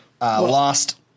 lost